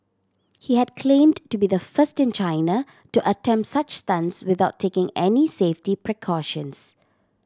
he had claimed to be the first in China to attempt such stunts without taking any safety precautions